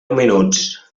minuts